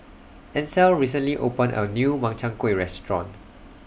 Ansel recently opened A New Makchang Gui Restaurant